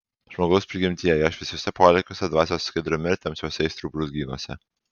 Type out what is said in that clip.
žmogaus prigimtyje jo šviesiuose polėkiuose dvasios skaidrume ir tamsiuose aistrų brūzgynuose